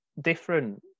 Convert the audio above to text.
different